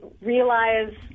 realize